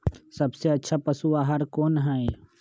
सबसे अच्छा पशु आहार कोन हई?